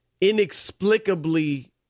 inexplicably